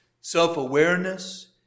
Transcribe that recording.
self-awareness